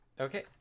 Okay